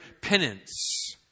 penance